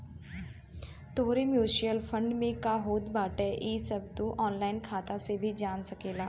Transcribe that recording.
तोहरे mutual fund में का होत बाटे इ सब तू ऑनलाइन खाता से जान सकेला